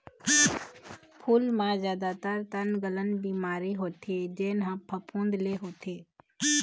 फूल म जादातर तनगलन बिमारी होथे जेन ह फफूंद ले होथे